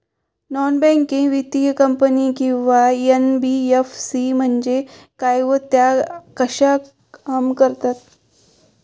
Non banking वित्तीय company किंवा NBFC म्हणजे काय व त्या कशा काम करतात?